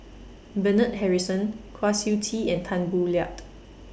Bernard Harrison Kwa Siew Tee and Tan Boo Liat